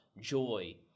joy